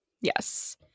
Yes